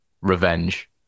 revenge